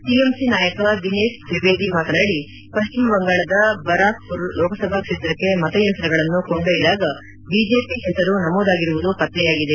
TMC ನಾಯಕ ದಿನೇಶ್ ತ್ರಿವೇದಿ ಮಾತನಾಡಿ ಪಶ್ಚಿಮ ಬಂಗಾಳದ ಬರಾಕ್ಪೂರ್ ಲೋಕಸಭಾ ಕ್ಷೇತ್ರಕ್ಕೆ ಮತಯಂತ್ರಗಳನ್ನು ಕೊಂಡೊಯ್ದಾಗ ಬಿಜೆಪಿ ಹೆಸರು ನಮೂದಾಗಿರುವುದ ಪತ್ತೆಯಾಗಿದೆ